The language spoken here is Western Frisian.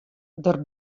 der